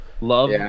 Love